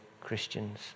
Christians